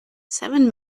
seven